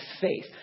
faith